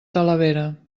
talavera